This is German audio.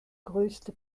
größte